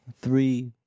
three